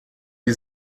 wie